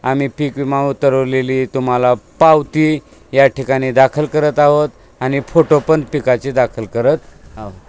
आम्ही पीक विमा उतरवलेली तुम्हाला पावती या ठिकाणी दाखल करत आहोत आणि फोटो पण पिकाची दाखल करत आहो